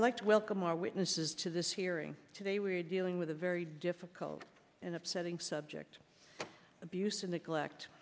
i'd like to welcome our witnesses to this hearing today we are dealing with a very difficult and upsetting subject abuse and neglect